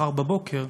מחר בבוקר,